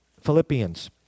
Philippians